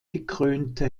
gekrönte